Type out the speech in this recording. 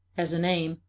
as an aim,